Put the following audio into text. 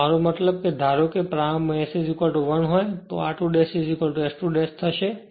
અને મારો મતલબ ધારો કે જો પ્રારંભમાં S 1 હોય તો r2 S2 હશે